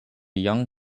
young